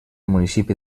municipi